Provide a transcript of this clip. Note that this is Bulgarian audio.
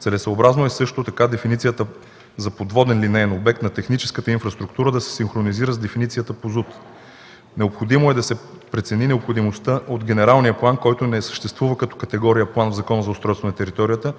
Целесъобразно е също така дефиницията за подводен линеен обект на техническата инфраструктура да се синхронизира с дефиницията по Закона за устройство на територията. Необходимо е да се прецени необходимостта от генералния план, който не съществува като категория план в Закона за устройство на територията,